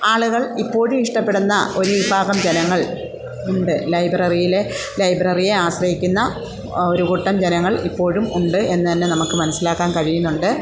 ആളുകൾ ഇപ്പോഴും ഇഷ്ടപ്പെടുന്ന ഒരു വിഭാഗം ജനങ്ങൾ ഉണ്ട് ലൈബ്രറിയിലെ ലൈബ്രറിയെ ആശ്രയിക്കുന്ന ഒരു കൂട്ടം ജനങ്ങൾ ഇപ്പോഴും ഉണ്ട് എന്ന് തന്നെ നമുക്ക് മനസ്സിലാക്കാൻ കഴിയുന്നുണ്ട്